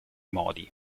modi